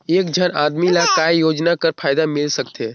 एक झन आदमी ला काय योजना कर फायदा मिल सकथे?